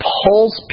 pulls